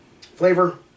Flavor